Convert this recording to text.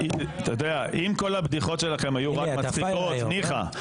אם כל הבדיחות שלכם היו רק מצחיקות ניחא,